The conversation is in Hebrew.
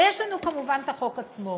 ויש לנו כמובן החוק עצמו.